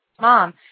mom